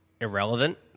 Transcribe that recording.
irrelevant